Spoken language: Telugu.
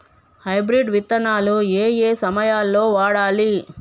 హైబ్రిడ్ విత్తనాలు ఏయే సమయాల్లో వాడాలి?